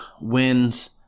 wins